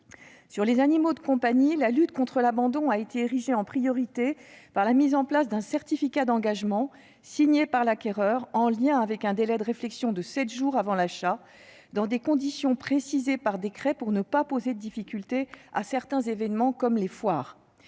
Sur les animaux de compagnie, la lutte contre l'abandon a été érigée en priorité, avec la mise en place d'un certificat d'engagement signé par l'acquéreur, en lien avec un délai de réflexion de sept jours avant l'achat, dans des conditions précisées par décret de manière à ne pas créer de difficultés pour la tenue de certains événements, comme les foires.